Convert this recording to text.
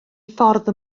ffordd